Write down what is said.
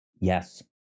yes